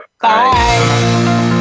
Bye